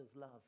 love